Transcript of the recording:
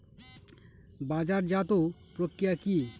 বাজারজাতও প্রক্রিয়া কি?